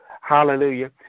Hallelujah